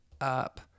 up